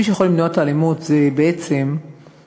מי שיכול למנוע את האלימות זה בעצם המשטרה,